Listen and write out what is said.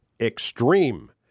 extreme